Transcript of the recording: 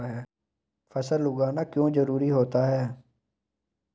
फसल उगाना क्यों जरूरी होता है?